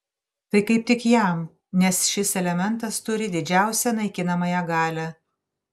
tai kaip tik jam nes šis elementas turi didžiausią naikinamąją galią